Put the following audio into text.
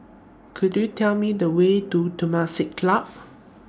Could YOU Tell Me The Way to Temasek Club